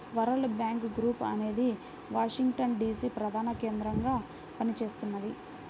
world bank group అనేది Washington DC ప్రధానకేంద్రంగా పనిచేస్తున్నది